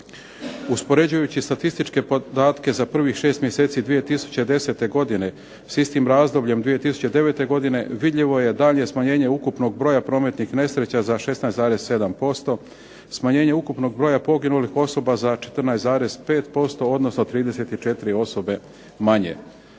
Uspoređujući statističke podatke za prvih šest mjeseci 2010. godine s istim razdobljem 2009. godine vidljivo je daljnje smanjenje ukupnog broja prometnih nesreća za 16,7%, smanjenje ukupnog broja poginulih osoba za 14,5% odnosno 34 osobe manje.